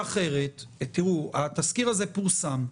התזכיר הזה פורסם,